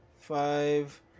five